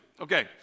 Okay